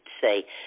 say